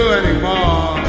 anymore